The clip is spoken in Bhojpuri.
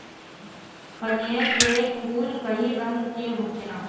कनेर के फूल कई रंग के होखेला